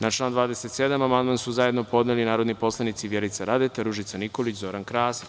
Na član 27. amandman su zajedno podneli narodni poslanici Vjerica Radeta, Ružica Nikolić i Zoran Krasić.